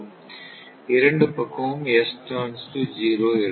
இரண்டு பக்கமும் S turns to zero எடுங்கள்